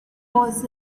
was